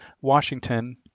Washington